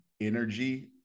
energy